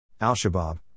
Al-Shabaab